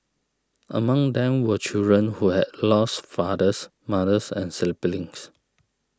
among them were children who had lost fathers mothers and siblings